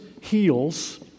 heals